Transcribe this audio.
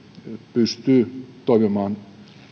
pystyy toimimaan